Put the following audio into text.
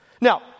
Now